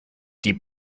die